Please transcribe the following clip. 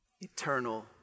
eternal